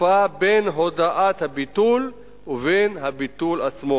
התקופה בין הודעת הביטול ובין הביטול עצמו.